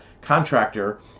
contractor